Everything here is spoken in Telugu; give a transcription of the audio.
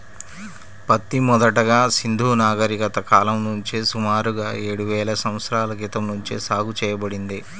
పత్తి మొదటగా సింధూ నాగరికత కాలం నుంచే సుమారుగా ఏడువేల సంవత్సరాల క్రితం నుంచే సాగు చేయబడింది